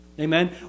Amen